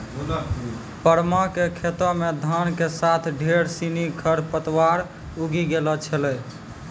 परमा कॅ खेतो मॅ धान के साथॅ ढेर सिनि खर पतवार उगी गेलो छेलै